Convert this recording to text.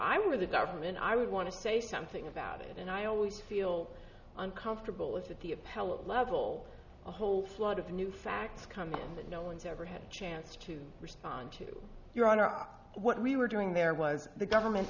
i were the government i would want to say something about it and i always feel uncomfortable is that the appellate level a whole lot of new facts come in that no one's ever had a chance to respond to your on iraq what we were doing there was the government